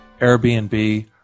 Airbnb